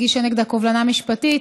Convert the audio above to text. הגישה נגדה קובלנה משפטית,